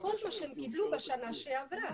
לפחות מה שהם קיבלו בשנה שעברה.